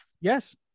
yes